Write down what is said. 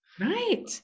Right